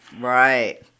Right